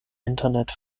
internet